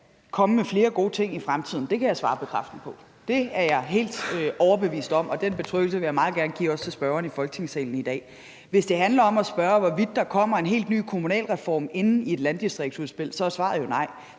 komme med flere gode ting i fremtiden, kan jeg svare bekræftende på. Det er jeg helt overbevist om, og den betryggelse vil jeg meget gerne give også til spørgeren i Folketingssalen i dag. Hvis det handler om at spørge, hvorvidt der kommer en helt ny kommunalreform inde i et landdistriktsudspil, så er svaret jo nej.